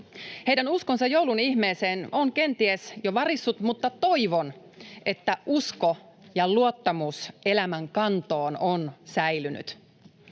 Heidän uskonsa joulun ihmeeseen on jo kenties varissut, mutta toivon, että usko ja luottamus elämän kantoon on säilynyt.